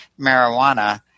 marijuana